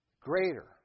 Greater